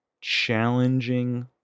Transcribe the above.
challenging